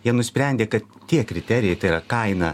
jie nusprendė kad tie kriterijai tai yra kaina